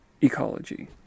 ecology